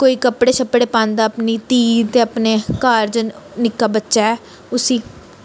कोई कपड़े छपड़े पांदा अपनी धीऽ ते अपने घर जन निक्का बच्चा ऐ उसी